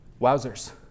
Wowzers